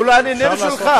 הגולן איננו שלך,